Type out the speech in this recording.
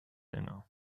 länger